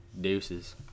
Deuces